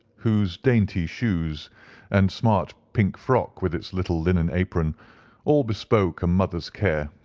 whose dainty shoes and smart pink frock with its little linen apron all bespoke a mother's care.